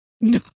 no